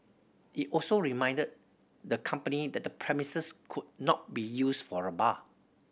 it also reminded the company that the premises could not be used for a bar